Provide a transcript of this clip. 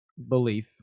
belief